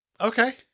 Okay